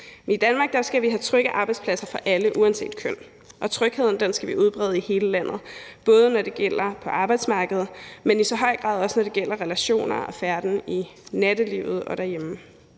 I Danmark skal vi have trygge arbejdspladser for alle uanset køn, og trygheden skal vi udbrede i hele landet, både når det gælder på arbejdsmarkedet, men i lige så høj grad, når det gælder relationer og færden i nattelivet og derhjemme.